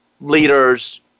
leaders